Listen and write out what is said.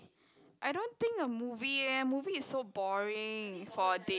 I don't think a movie eh a movie is so boring for a date